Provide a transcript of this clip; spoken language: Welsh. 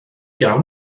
iawn